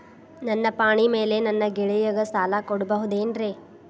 ನನ್ನ ಪಾಣಿಮ್ಯಾಲೆ ನನ್ನ ಗೆಳೆಯಗ ಸಾಲ ಕೊಡಬಹುದೇನ್ರೇ?